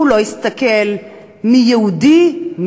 הוא לא הסתכל מי יהודי,